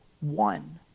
one